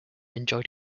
enjoyed